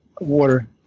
water